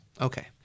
Okay